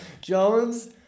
Jones